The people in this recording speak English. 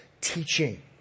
teaching